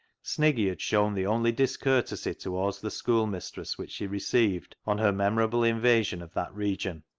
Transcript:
sniggy had shown the only discourtesy towards the schoolmistress which she received on her memorable invasion of that region,